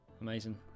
Amazing